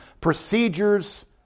procedures